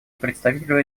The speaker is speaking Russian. представителю